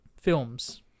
films